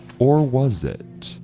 or was it